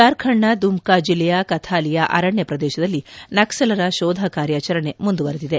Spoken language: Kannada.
ಜಾರ್ಖಂಡ್ನ ದುಮ್ಕಾ ಜಿಲ್ಲೆಯ ಕಥಾಲಿಯಾ ಅರಣ್ಯ ಪ್ರದೇಶದಲ್ಲಿ ನಕ್ಸಲರ ಶೋಧ ಕಾರ್ಯಾಚರಣೆ ಮುಂದುವರೆದಿದೆ